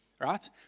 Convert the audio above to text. Right